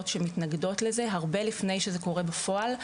שמתנגדות לזה הרבה לפני שזה קורה בפועל.